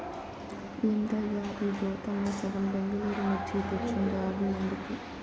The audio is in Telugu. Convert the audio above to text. ఏందయ్యా ఈ గోతాంల సగం బెంగళూరు మిర్చి తెచ్చుండావు ఎందుకు